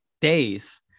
days